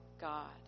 God